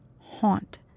haunt